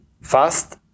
fast